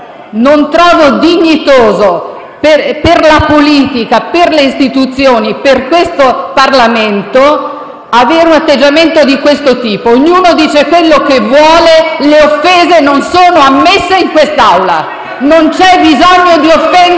Non trovo dignitoso per la politica, le istituzioni e questo Parlamento avere un atteggiamento di siffatto tipo. Ognuno dice quello che vuole, ma le offese non sono ammesse in quest'Assemblea. Non c'è bisogno di offendere